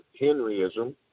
Henryism